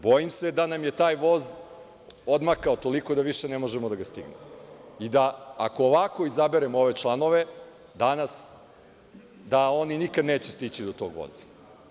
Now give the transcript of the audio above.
Bojim se da nam je taj voz odmakao toliko da više ne možemo da ga stignemo i da, ako ovako izaberemo ove članove danas, oni nikad neće stići do tog voza.